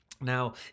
Now